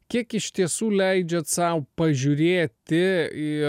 kiek iš tiesų leidžiat sau pažiūrėti į